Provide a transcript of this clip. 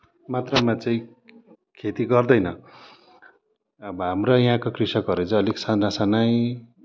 मात्रामा चाहिँ खेती गर्दैन अब हाम्रा यहाँका कृषकहरू चाहिँ अलिक साना सानै